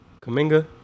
Kaminga